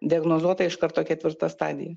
diagnozuota iš karto ketvirta stadija